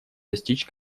достичь